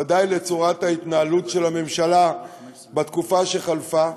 ודאי לצורת ההתנהלות של הממשלה בתקופה שחלפה.